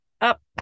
up